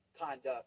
conduct